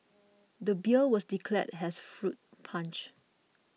the beer was declared as fruit punch